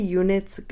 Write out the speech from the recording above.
units